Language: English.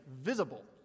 visible